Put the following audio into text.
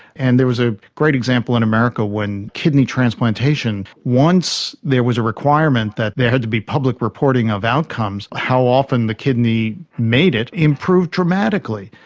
and there was a great example in america when kidney transplantation, once there was a requirement that there had to be public reporting of outcomes, how often the kidney made it, it improved dramatically.